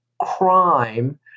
crime